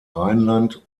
rheinland